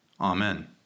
amen